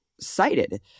cited